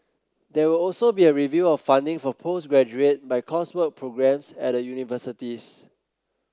there will also be a review of funding for postgraduate by coursework programmes at the universities